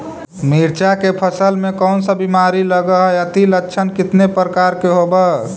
मीरचा के फसल मे कोन सा बीमारी लगहय, अती लक्षण कितने प्रकार के होब?